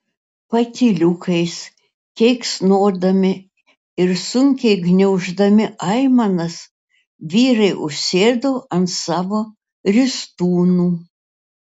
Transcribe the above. patyliukais keiksnodami ir sunkiai gniauždami aimanas vyrai užsėdo ant savo ristūnų